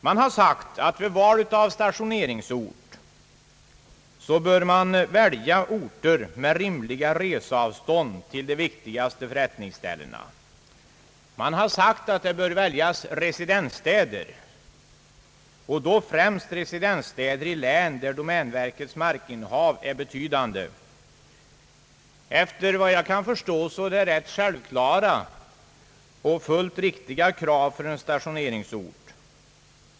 Man har sagt att vid val av stationeringsort bör väljas orter med rimliga reseavstånd till de viktigaste förrättningsställena. Man bör välja residensstäder, och då främst residensstäder i län där domänverkets markinnehav är betydande. Efter vad jag kan förstå är det rätt självklara och fullt riktiga krav på en stationeringsort.